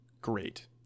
great